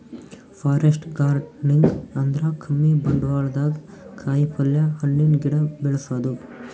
forest gardening ಅಂದ್ರ ಕಮ್ಮಿ ಬಂಡ್ವಾಳ್ದಾಗ್ ಕಾಯಿಪಲ್ಯ, ಹಣ್ಣಿನ್ ಗಿಡ ಬೆಳಸದು